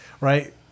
Right